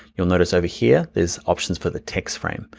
you'll notice over here there's options for the text frame.